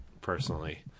personally